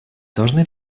должны